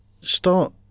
start